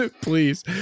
please